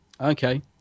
Okay